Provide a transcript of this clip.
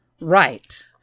right